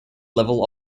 level